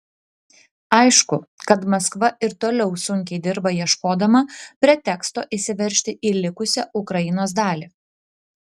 aišku kad maskva ir toliau sunkiai dirba ieškodama preteksto įsiveržti į likusią ukrainos dalį